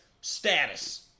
status